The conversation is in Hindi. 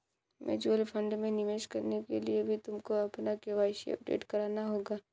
म्यूचुअल फंड में निवेश करने के लिए भी तुमको अपना के.वाई.सी अपडेट कराना होगा